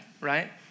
right